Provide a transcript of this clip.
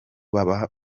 baba